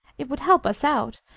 it would help us out,